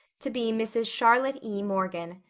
to be mrs. charlotte e. morgan.